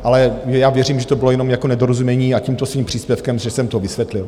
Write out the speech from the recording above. Ale já věřím, že to bylo jenom nedorozumění, a tímto svým příspěvkem že jsem to vysvětlil.